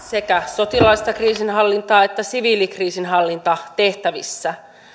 sekä sotilaallisissa että siviilikriisinhallintatehtävissä